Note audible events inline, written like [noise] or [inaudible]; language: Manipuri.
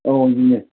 [unintelligible]